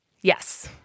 Yes